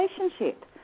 relationship